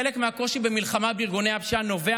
חלק מהקושי במלחמה בארגוני הפשיעה נובע